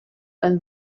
and